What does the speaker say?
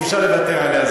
אי-אפשר לוותר עליה.